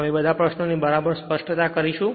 અમે બધા પ્રશ્નો ની બરાબર સ્પષ્ટતા કરીશું